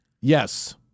Yes